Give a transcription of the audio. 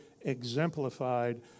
exemplified